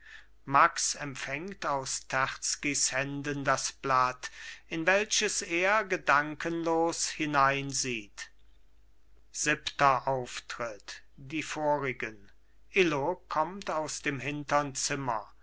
max empfängt aus terzkys händen das blatt in welches er gedankenlos hineinsieht siebenter auftritt die vorigen illo kommt aus dem hintern zimmer